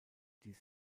dies